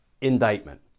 Indictment